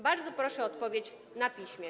Bardzo proszę o odpowiedź na piśmie.